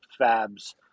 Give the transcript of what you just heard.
fabs